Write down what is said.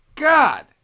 God